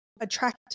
attract